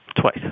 Twice